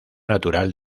natural